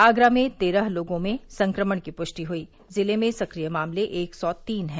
आगरा में तेरह लोगों में संक्रमण की पुष्टि हुई जिले में सक्रिय मामले एक सौ तीन हैं